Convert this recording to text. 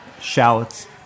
shallots